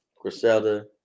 Griselda